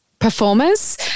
performers